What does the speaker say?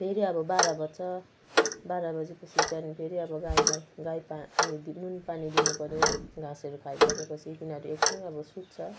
फेरि अब बाह्र बज्छ बाह्र बजे पछि त्यहाँको फेरि अब गाईलाई गाई पा उयो दिनु नुन पानी दिनु पऱ्यो घाँसहरू खाई सके पछि तिनीहरू एकछिन अब सुत्छ